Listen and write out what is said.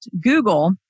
Google